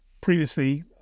previously